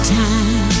time